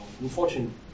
unfortunately